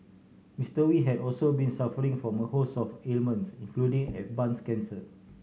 Mister Wee had also been suffering from a host of ailments including advanced cancer